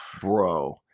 Bro